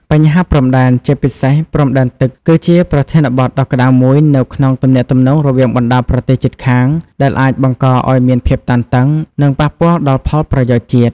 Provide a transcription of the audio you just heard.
បញ្ហាព្រំដែន ជាពិសេសព្រំដែនទឹក គឺជាប្រធានបទដ៏ក្តៅមួយនៅក្នុងទំនាក់ទំនងរវាងបណ្តាប្រទេសជិតខាង ដែលអាចបង្កឱ្យមានភាពតានតឹង និងប៉ះពាល់ដល់ផលប្រយោជន៍ជាតិ។